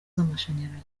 z’amashanyarazi